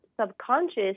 subconscious